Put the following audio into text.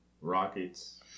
Rockets